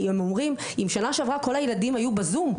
הם אומרים אם שנה שעברה כל הילדים היו בזום,